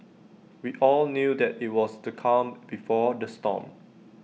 we all knew that IT was the calm before the storm